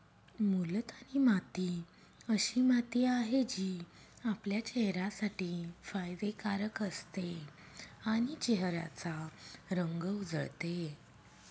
मुलतानी माती अशी माती आहे, जी आपल्या चेहऱ्यासाठी फायदे कारक असते आणि चेहऱ्याचा रंग उजळते